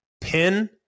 Pin